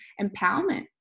empowerment